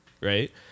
right